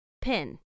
pin